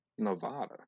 Nevada